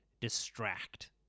distract